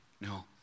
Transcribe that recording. No